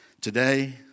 today